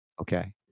Okay